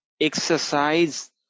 exercise